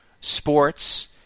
sports